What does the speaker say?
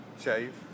shave